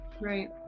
Right